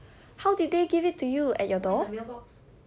how did they give it to you at your door